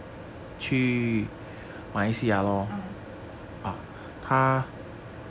ah